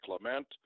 clement